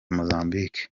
mozambique